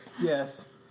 Yes